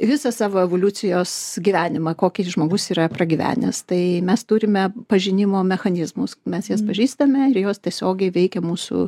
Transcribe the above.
visą savo evoliucijos gyvenimą kokį žmogus yra pragyvenęs tai mes turime pažinimo mechanizmus mes jas pažįstame ir jos tiesiogiai veikia mūsų